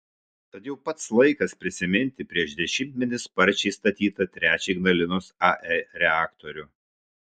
tad jau pats laikas prisiminti prieš dešimtmetį sparčiai statytą trečią ignalinos ae reaktorių